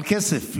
על כסף.